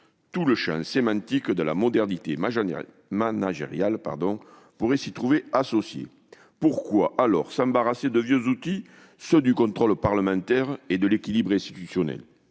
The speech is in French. Tout le champ sémantique de la modernité managériale pourrait s'y trouver associé. Pourquoi alors s'embarrasser de vieux outils, ceux du contrôle parlementaire et de l'équilibre institutionnel ?